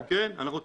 אנחנו תומכים בזה.